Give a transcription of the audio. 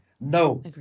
No